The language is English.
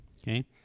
okay